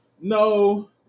no